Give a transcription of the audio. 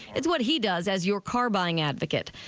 it's what he does as your car buying advocate.